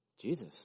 Jesus